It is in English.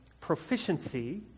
Proficiency